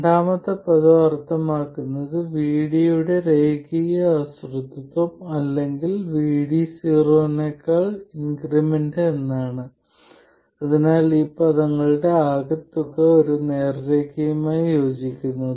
രണ്ടാമത്തെ പദം അർത്ഥമാക്കുന്നത് VD യുടെ രേഖീയ ആശ്രിതത്വം അല്ലെങ്കിൽ VD0 നേക്കാൾ ഇൻക്രിമെന്റ് എന്നാണ് അതിനാൽ ഈ പദങ്ങളുടെ ആകെത്തുക ഈ നേർരേഖയുമായി യോജിക്കുന്നു